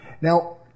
Now